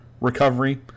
recovery